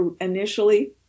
initially